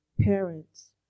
parents